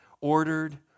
ordered